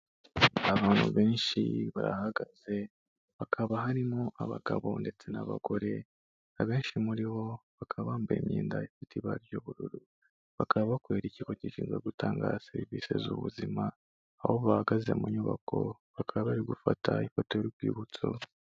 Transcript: Abantu benshi barahagaze bakaba harimo abagabo ndetse n'abagore, abenshi muri bo bakaba bambaye imyenda ifite ibara ry'ubururu, bakaba bakorera ikigo gishinzwe gutanga serivise z'ubuzima, aho bahagaze mu nyubako, bakaba bari gufata ifoto y'urwibutso.